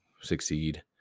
succeed